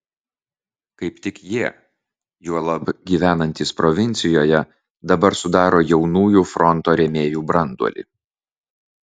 kaip tik jie juolab gyvenantys provincijoje dabar sudaro jaunųjų fronto rėmėjų branduolį